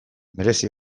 merezi